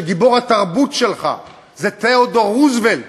שגיבור התרבות שלך זה תיאודור רוזוולט,